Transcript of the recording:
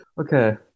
Okay